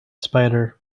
spider